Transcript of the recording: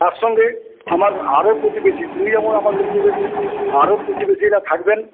তার সঙ্গে আমার আরও প্রতিবেশী তুমি যেমন আমার প্রতিবেশী আরও প্রতিবেশীরা থাকবেন